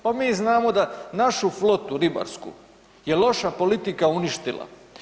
Pa mi znamo da našu flotu ribarsku je loša politika uništila.